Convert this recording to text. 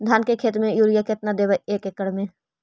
धान के खेत में युरिया केतना देबै एक एकड़ में?